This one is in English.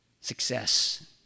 success